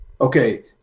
okay